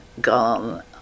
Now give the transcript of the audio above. gone